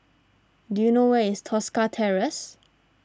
do you know where is Tosca Terrace